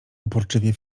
uporczywie